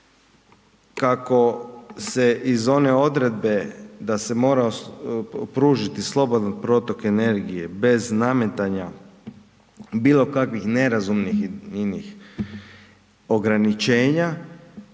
kako se iz one odredbe da se mora pružiti slobodan protok energije bez nametanja bilo kakvih nerazumnih i inih ograničenja,